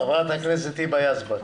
חברת הכנסת היבה יזבק.